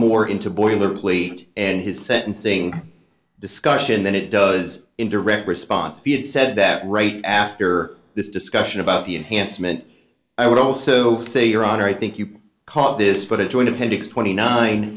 more into boilerplate and his sentencing discussion than it does in direct response he had said that right after this discussion about the enhancement i would also say your honor i think you call this but a joint appendix twenty nine